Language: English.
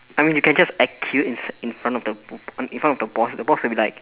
I mean you can just act cute insi~ in front of the b~ in in front of the boss the boss will be like